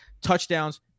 touchdowns